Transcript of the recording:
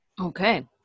Okay